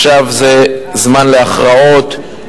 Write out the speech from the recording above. ועכשיו זה זמן להכרעות.